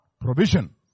Provision